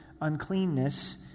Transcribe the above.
uncleanness